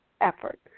effort